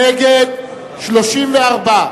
נגד, 34,